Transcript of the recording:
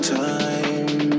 time